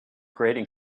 grating